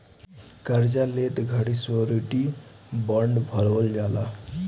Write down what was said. कार्जा लेत घड़ी श्योरिटी बॉण्ड भरवल जाला